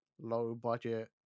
low-budget